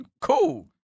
Cool